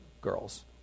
girls